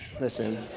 listen